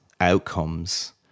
outcomes